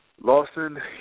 Lawson